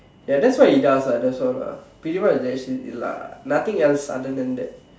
ya that's what he does lah that's all lah pretty much that's it lah nothing else other than that